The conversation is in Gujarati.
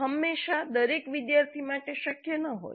આ હંમેશા દરેક વિદ્યાર્થી માટે શક્ય ન હોય